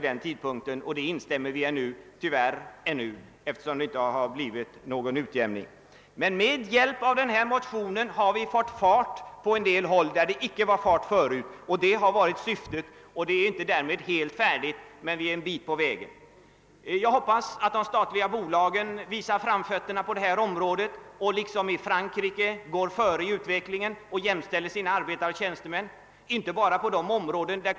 Det måste vi fortfarande instämma i, eftersom det tyvärr ännu inte har blivit något resultat. Genom motionen har vi emellertid fått fart på utvecklingen inom en del områden. Detta var också syftet med motionen. Vi är inte färdiga ännu, men vi har kommit ett stycke på väg. Jag hoppas att de statliga bolagen visar framfötterna och liksom i Frankrike går före i utvecklingen när det gäller att jämställa arbetare och tjänstemän.